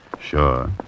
Sure